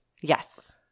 Yes